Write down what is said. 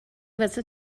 واسه